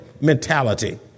mentality